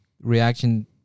reaction